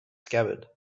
scabbard